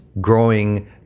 growing